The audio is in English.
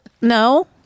no